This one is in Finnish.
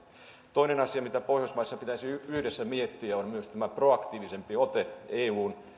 toinen asia mitä pohjoismaissa pitäisi yhdessä miettiä on myös tämä proaktiivisempi ote eun